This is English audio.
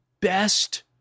best